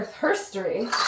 history